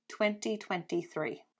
2023